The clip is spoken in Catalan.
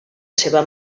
seva